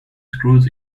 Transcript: screws